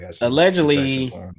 allegedly